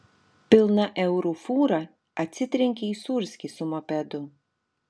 pilna eurų fūra atsitrenkė į sūrskį su mopedu